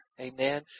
Amen